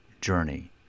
journey